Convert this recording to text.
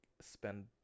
spend